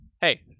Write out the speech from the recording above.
Hey